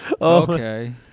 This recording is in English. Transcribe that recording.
Okay